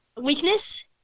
weakness